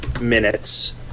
minutes